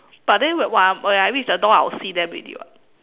but then when when I'm when I reach the door I will see them already [what]